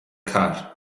car